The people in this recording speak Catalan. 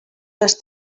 les